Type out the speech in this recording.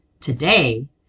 Today